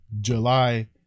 July